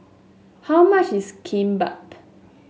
how much is Kimbap